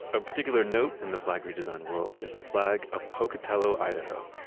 of particular note in the flag redesign world is the flag of pocatello, idaho.